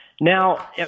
Now